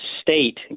state